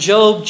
Job